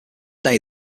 day